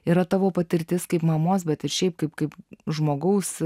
yra tavo patirtis kaip mamos bet ir šiaip kaip kaip žmogaus